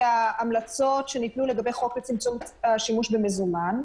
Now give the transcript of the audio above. ההמלצות שניתנו לגבי חוק צמצום השימוש במזומן.